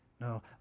No